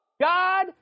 God